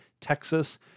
Texas